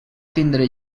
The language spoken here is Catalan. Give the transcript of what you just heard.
tindre